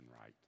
right